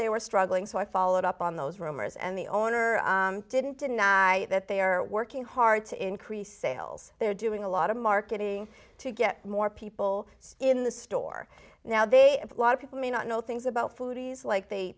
they were struggling so i followed up on those rumors and the owner didn't deny that they are working hard to increase sales they're doing a lot of marketing to get more people in the store now they a lot of people may not know things about foodies like they